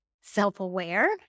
self-aware